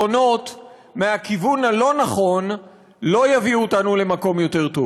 התכנון כבר מאושר, לא מאפשרות בנייה בגלל מחסור